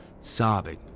sobbing